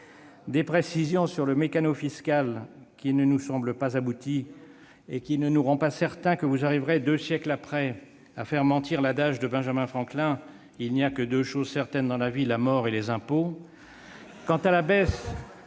des précisions sur le Meccano fiscal, qui ne nous semble pas abouti et ne nous rend pas certains que vous arriverez, deux siècles plus tard, à faire mentir l'adage de Benjamin Franklin selon lequel il n'y a que deux choses certaines dans la vie, la mort et les impôts ;